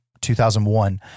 2001